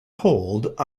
hold